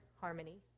harmony